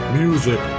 music